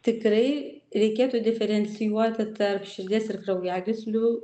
tikrai reikėtų diferencijuoti tarp širdies ir kraujagyslių